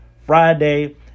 Friday